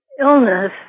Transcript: illness